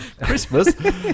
Christmas